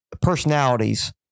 personalities